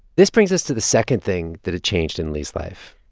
this brings us to the second thing that had changed in li's life.